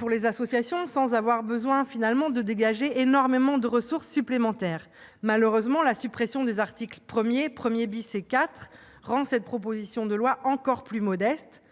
des associations sans avoir besoin de dégager énormément de ressources supplémentaires. Malheureusement, la suppression des articles 1, 1 et 4 rend cette proposition de loi encore plus modeste.